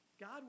God